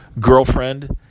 girlfriend